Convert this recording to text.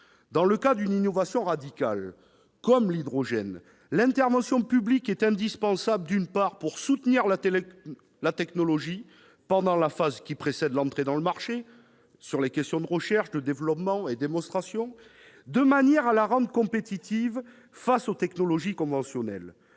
Dans le cas d'une innovation radicale comme l'hydrogène, l'intervention publique est indispensable, d'une part, pour soutenir la technologie pendant la phase qui précède l'entrée dans le marché sur les questions de recherche, de développement et de démonstration, de manière à la rendre compétitive face aux technologies conventionnelles,